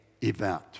event